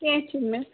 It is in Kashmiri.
کیٚںٛہہ چھُنہٕ